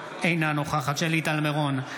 אינה נוכחת שלי טל מירון,